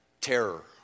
Terror